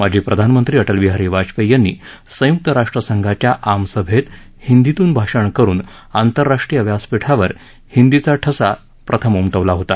माजी प्रधानमंत्री अटलबिहारी वाजपेयी यांनी संय्क्त राष्ट्रसंघाच्या आमसभेत हिंदीतनू भाषण करुन आंतरराष्ट्रीय व्यासपीठावर हिंदीचा ठसा प्रथम उमटवला होता